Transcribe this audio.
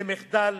למחדל